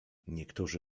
niektórzy